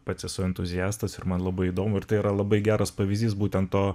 pats esu entuziastas ir man labai įdomu ir tai yra labai geras pavyzdys būtent to